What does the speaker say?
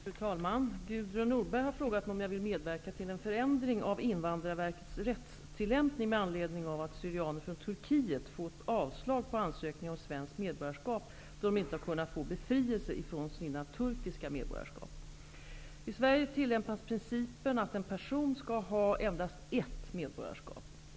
Fru talman! Gudrun Norberg har frågat mig om jag vill medverka till en förändring av I Sverige tillämpas principen att en person skall ha endast ett medborgarskap.